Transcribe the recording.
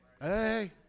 Hey